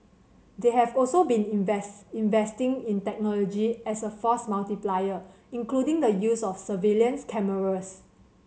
they have also been invest investing in technology as a force multiplier including the use of surveillance cameras